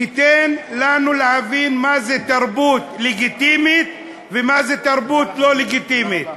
תיתן לנו להבין מה זה תרבות לגיטימית ומה זה תרבות לא לגיטימית.